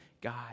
God